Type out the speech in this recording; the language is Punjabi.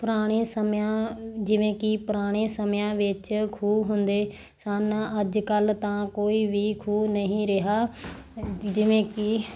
ਪੁਰਾਣੇ ਸਮਿਆਂ ਜਿਵੇਂ ਕਿ ਪੁਰਾਣੇ ਸਮਿਆਂ ਵਿੱਚ ਖੂਹ ਹੁੰਦੇ ਸਨ ਅੱਜ ਕੱਲ੍ਹ ਤਾਂ ਕੋਈ ਵੀ ਖੂਹ ਨਹੀਂ ਰਿਹਾ ਜਿਵੇਂ ਕਿ